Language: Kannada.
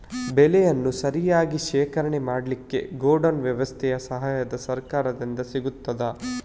ಬೆಳೆಯನ್ನು ಸರಿಯಾಗಿ ಶೇಖರಣೆ ಮಾಡಲಿಕ್ಕೆ ಗೋಡೌನ್ ವ್ಯವಸ್ಥೆಯ ಸಹಾಯ ಸರಕಾರದಿಂದ ಸಿಗುತ್ತದಾ?